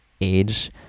age